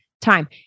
time